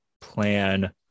plan